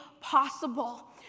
possible